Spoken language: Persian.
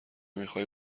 میخوای